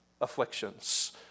afflictions